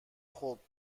خوب